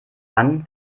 dann